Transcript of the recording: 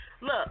Look